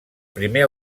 primer